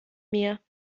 mir